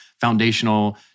foundational